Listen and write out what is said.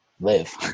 live